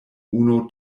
unu